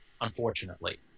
Unfortunately